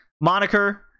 moniker